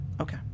Okay